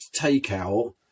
takeout